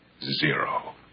zero